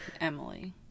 emily